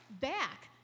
back